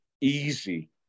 easy